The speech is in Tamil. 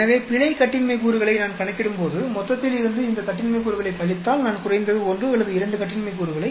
எனவே பிழை கட்டின்மை கூறுகளை நான் கணக்கிடும்போது மொத்தத்தில் இருந்து இந்த கட்டின்மை கூறுகளைக் கழித்தால் நான் குறைந்தது 1 அல்லது 2 கட்டின்மை கூறுகளை